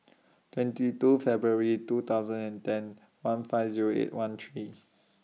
twenty two February two thousand and ten one five Zero eight one three